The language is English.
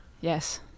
Yes